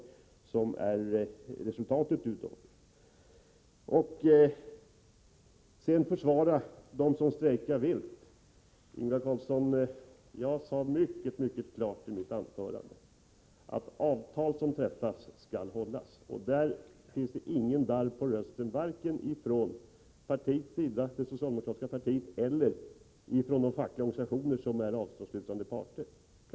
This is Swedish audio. Ingvar Karlsson i Bengtsfors talar om att vi försvarar dem som strejkar vilt. Jag sade mycket klart i mitt anförande att avtal som har träffats skall hållas. På den punkten finns det inget darr på rösten, varken hos det socialdemokratiska partiet eller hos de fackliga organisationer som är avtalsslutande parter.